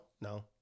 No